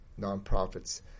nonprofits